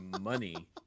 money